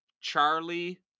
charlie